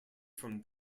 from